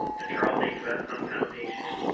the charles h. revson foundation,